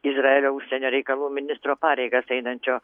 izraelio užsienio reikalų ministro pareigas einančio